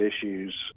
issues